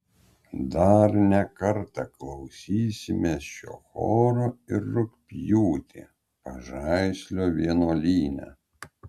dar ne kartą klausysimės šio choro ir rugpjūtį pažaislio vienuolyne